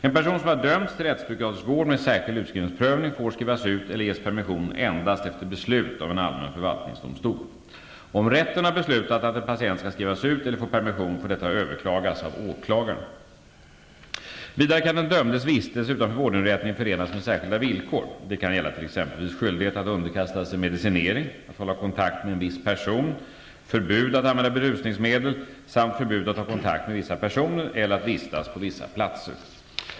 En person som har dömts till rättspsykiatrisk vård med särskild utskrivningsprövning får skrivas ut eller ges permission endast efter beslut av allmän förvaltningsdomstol. Om rätten har beslutat att en patient skall skrivas ut eller få permission får detta överklagas av åklagaren. Vidare kan den dömdes vistelse utanför vårdinrättningen förenas med särskilda villkor. Det kan gälla t.ex. skyldighet att underkasta sig medicinering, att hålla kontakt med en viss person, förbud att använda berusningsmedel samt förbud att ta kontakt med vissa personer eller att vistas på vissa platser.